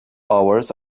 hours